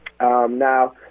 Now